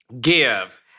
gives